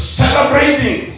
celebrating